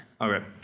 Okay